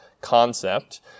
concept